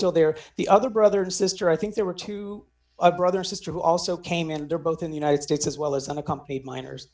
still there the other brother and sister i think there were two a brother or sister who also came and they're both in the united states as well as unaccompanied minors